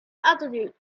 altitude